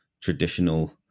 traditional